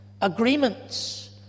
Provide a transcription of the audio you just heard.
agreements